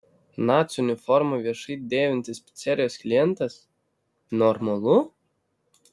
nacių uniformą viešai dėvintis picerijos klientas normalu